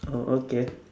oh okay